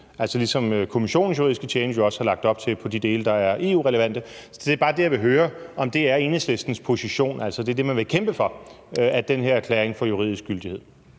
ligesom Kommissionens juridiske tjeneste jo også har lagt op til i forhold til de dele, der er EU-relevante. Det er bare det, jeg vil høre: Er det Enhedslistens position, at det er det, man vil kæmpe for, altså at den her erklæring får juridisk gyldighed?